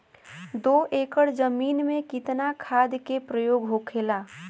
दो एकड़ जमीन में कितना खाद के प्रयोग होखेला?